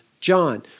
John